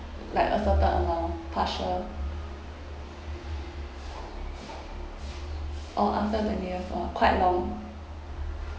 like a certain amount partial or after the near orh quite long